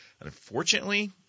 unfortunately